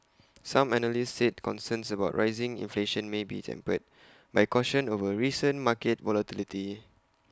some analysts said concerns about rising inflation may be tempered by caution over recent market volatility